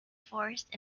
forest